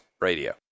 Radio